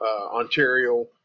Ontario